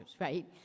right